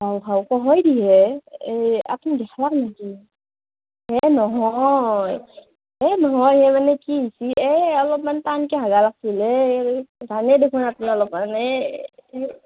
হাউ হাউ কহয় দিহে এই আপুনি দেখলাক নেকি হে নহয় হে নহয় হে মানে কি হৈছে এই অলপমান টানকে হাগা লাগিছিল এই জানেই দেখোন আপোনালোকে মানে এই সেই